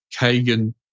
Kagan